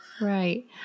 Right